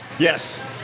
Yes